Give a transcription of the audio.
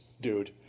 dude